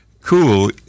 cool